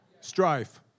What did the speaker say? Strife